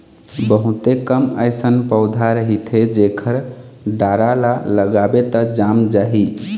बहुते कम अइसन पउधा रहिथे जेखर डारा ल लगाबे त जाम जाही